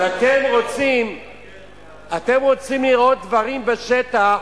אבל אתם רוצים לראות דברים בשטח,